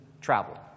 travel